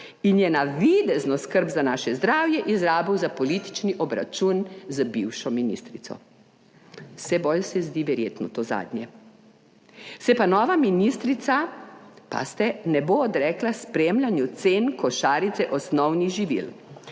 in je navidezno skrb za naše zdravje izrabil za politični obračun z bivšo ministrico. Vse bolj se zdi verjetno to zadnje. Se pa nova ministrica, pa se ne bo odrekla spremljanju cen košarice osnovnih živil,